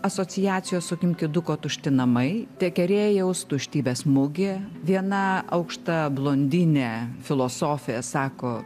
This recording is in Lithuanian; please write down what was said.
asociacijos su kim kiduko tušti namai tekerėjaus tuštybės mugė viena aukšta blondinė filosofė sako